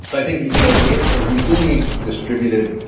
i think you know the answer is we do need distributed